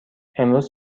امروز